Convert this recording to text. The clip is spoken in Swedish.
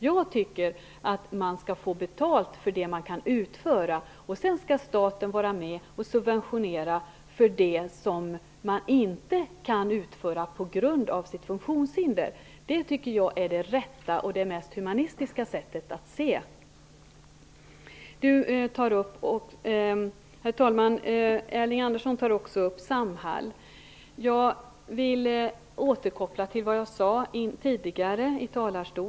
Jag tycker att man skall få betalt för det som man kan utföra, och sedan skall staten vara med och subventionera för det som man inte kan utföra på grund av sitt funktionshinder. Det är det rätta och mest humana sättet att se. Herr talman! Erling Andersson tog också upp frågan om Samhall. Jag vill återkoppla till det som jag sade tidigare här.